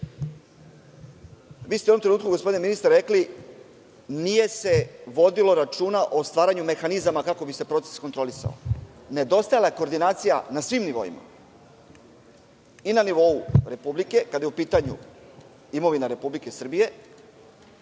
ste u jednom trenutku, gospodine ministre, rekli – nije se vodilo računa o stvaranju mehanizama kako bi se proces kontrolisao. Nedostajala je koordinacija na svim nivoima, i na nivou Republike, kada je u pitanju imovina Republike Srbije,